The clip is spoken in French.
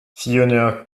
fiona